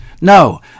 No